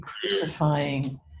crucifying